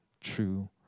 true